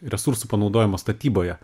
resursų panaudojimo statyboje